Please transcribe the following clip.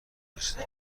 نیستم